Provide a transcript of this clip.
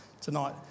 tonight